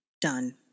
done